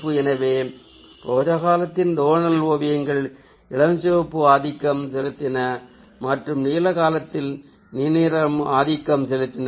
எனவே ரோஜா காலத்தில் டோனல் ஓவியங்களில் இளஞ்சிவப்பு ஆதிக்கம் செலுத்தின மற்றும் நீல காலத்தில் நீல நிறம் ஆதிக்கம் செலுத்தியது